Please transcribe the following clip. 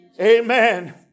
Amen